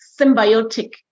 symbiotic